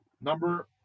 Number